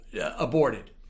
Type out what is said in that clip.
aborted